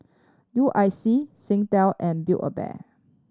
U I C Singtel and Build A Bear